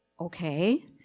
okay